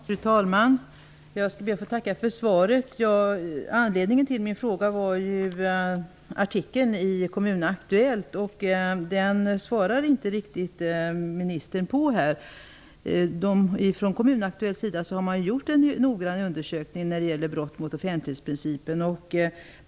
Fru talman! Jag ber att få tacka för svaret. Anledningen till min fråga var en artikel i Kommunaktuellt, men den kommenterar inte ministern. På Kommunaktuellt har man gjort en noggrann undersökning när det gäller brott mot offentlighetsprincipen.